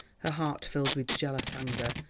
her heart filled with jealous anger,